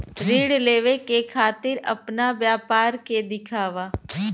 ऋण लेवे के खातिर अपना व्यापार के दिखावा?